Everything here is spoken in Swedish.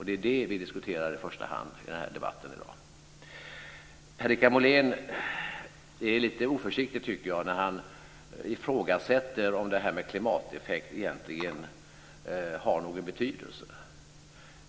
Det är det vi i första hand diskuterar i debatten i dag. Per-Richard Molén är litet oförsiktig, tycker jag, när han ifrågasätter om klimateffekten egentligen har någon betydelse.